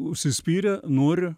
užsispyrę noriu